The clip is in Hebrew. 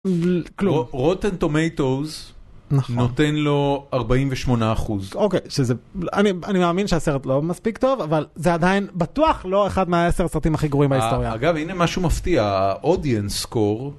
רוטן טומטוס נותן לו 48 אחוז. אוקיי, אני מאמין שהסרט לא מספיק טוב, אבל זה עדיין בטוח לא אחד מה10 הסרטים הכי גרועים בהיסטוריה. אגב, הנה משהו מפתיע, אודיאנס סקור.